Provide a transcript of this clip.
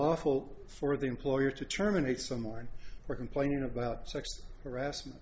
lawful for the employer to terminate someone we're complaining about sex harassment